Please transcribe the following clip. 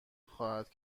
خواهد